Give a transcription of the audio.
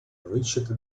reached